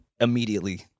immediately